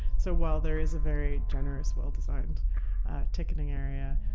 so while there is a very generous, well-designed ticketing area,